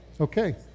Okay